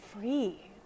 free